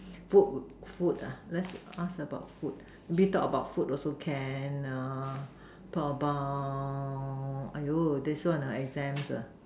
food food ah let's ask about food maybe talk about food also can err talk about !aiyo! this one exams ah